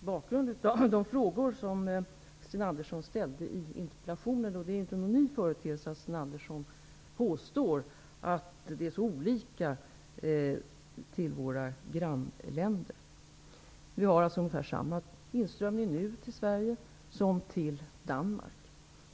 bakgrund av de frågor som Sten Andersson i Malmö ställde i interpellationen. Det är inte någon ny företeelse att Sten Andersson påstår att skillnaden mot våra grannländer är så stor. Inströmningen till Sverige är nu ungefär densamma som till Danmark.